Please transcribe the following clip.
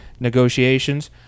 Negotiations